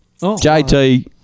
JT